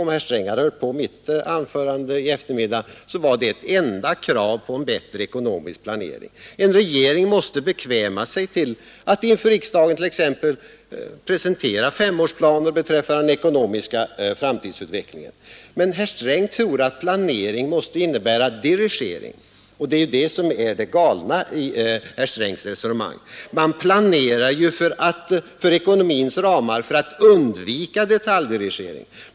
Om herr Sträng hade hört på mitt anförande i eftermiddag skulle han ha märkt att det var ett enda krav på en bättre ekonomisk planering. En regering måste t.ex. bekväma sig till att inför riksdagen presentera femårsplaner beträffande den ekonomiska framtidsutvecklingen. Men herr Sträng tror att planering måste innebära dirigering, och det är det galna i herr Strängs resonemang. Man planerar för ekonomins ramar för att undvika detaljdirigering.